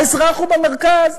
האזרח הוא במרכז,